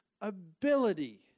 ability